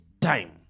time